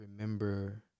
remember